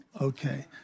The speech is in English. Okay